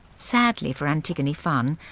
sadly for antigone funn,